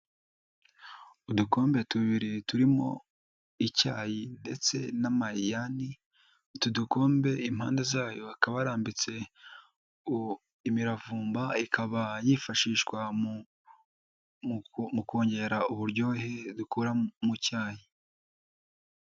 Udukombe tubiri turimo icyayi ndetse n'amajyani utu dukombe impande zayo hakaba harambitse imiravumba, ikaba yifashishwa mu kongera uburyohe dukura mu cyayi.